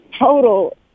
total